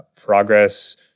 progress